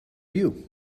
you